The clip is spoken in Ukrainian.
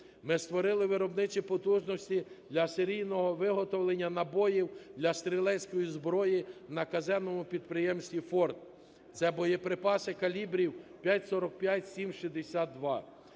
Ми створили виробничі потужності для серійного виготовлення набоїв для стрілецької зброї на Казенному підприємстві "Форт". Це боєприпаси калібрів 5,45, 7,62,